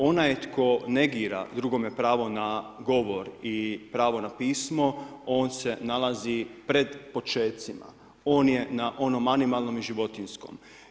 Onaj tko negira drugome pravo na govor i pravo na pismo on se nalazi pred počecima, on je na onom animalnom i životinjskom.